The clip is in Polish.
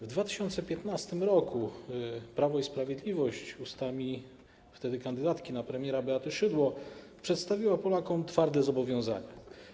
W 2015 r. Prawo i Sprawiedliwość ustami wtedy kandydatki ma premiera Beaty Szydło przedstawiło Polakom twarde zobowiązania.